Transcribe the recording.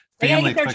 family